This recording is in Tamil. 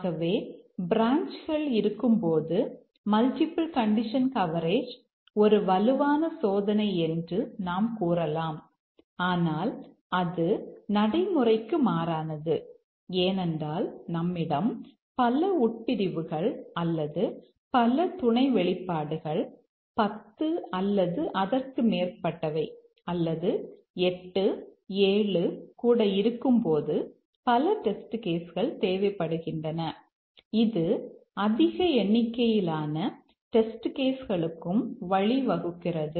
ஆகவே பிரான்ச்கள் இருக்கும்போது மல்டிபிள் கண்டிஷன் கவரேஜ் ஒரு வலுவான சோதனை என்று நாம் கூறலாம் ஆனால் அது நடைமுறைக்கு மாறானது ஏனென்றால் நம்மிடம் பல உட்பிரிவுகள் அல்லது பல துணை வெளிப்பாடுகள் 10 அல்லது அதற்கு மேற்பட்டவை அல்லது 8 7 கூட இருக்கும்போது பல டெஸ்ட் கேஸ் களுக்கும் வழிவகுக்கிறது